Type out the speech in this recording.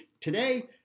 today